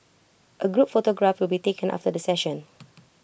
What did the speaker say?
A group photograph will be taken after the session